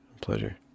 Pleasure